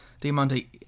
Diamante